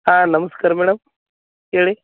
ಹಾಂ ನಮಸ್ಕಾರ ಮೇಡಮ್ ಹೇಳಿ